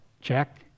Check